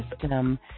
system